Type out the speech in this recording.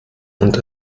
und